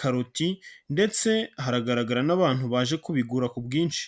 karoti ndetse hagaragara n'abantu baje kubigura ku bwinshi.